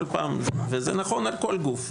וזה נכון לכל גוף.